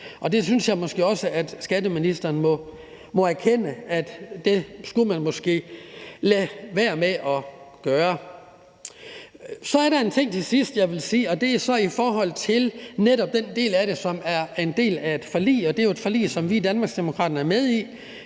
Og der synes jeg måske også, at skatteministeren må erkende, at det skulle man måske lade være med at gøre. Så er der til sidst en ting, jeg vil sige, og det er så netop i forhold til den del af det, som er en del af et forlig, og det er jo et forlig, som vi i Danmarksdemokraterne er med i,